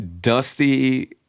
Dusty